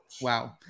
Wow